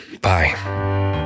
bye